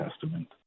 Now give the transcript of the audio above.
Testament